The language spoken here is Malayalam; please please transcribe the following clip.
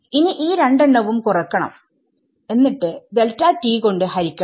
ഇനി ഈ രണ്ടെണ്ണവും കുറക്കണം എന്നിട്ട് കൊണ്ട് ഹരിക്കണം